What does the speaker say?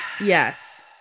Yes